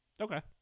okay